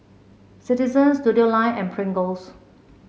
Citizen Studioline and Pringles